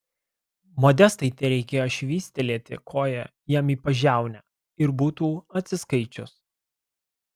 modestai tereikėjo švystelėti koja jam į pažiaunę ir būtų atsiskaičius